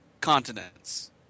continents